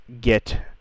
get